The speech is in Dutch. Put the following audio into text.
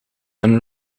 een